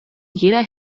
jeder